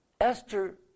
Esther